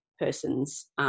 person's